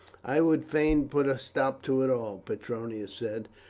i would fain put a stop to it all, petronius said.